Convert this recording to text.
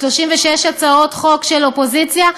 36 הצעות חוק של האופוזיציה,